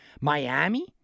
Miami